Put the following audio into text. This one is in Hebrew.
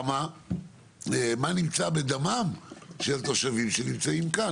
מה נמצא בדמם של תושבים שנמצאים כאן.